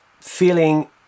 feeling